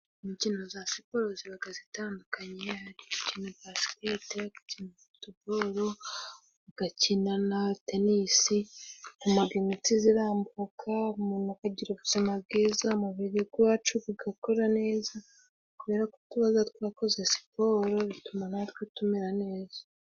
Imikino za siporo zibaga zitandukanye: ukina basikete, ugakina futuboro, ugakina na tenisi bitumaga imitsi zirambuka umuntu akagira ubuzima bwiza umubiri gw'iwacu gugakora neza kubera ko tubaga twakoze siporo bituma natwe tumera neza.